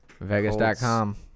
Vegas.com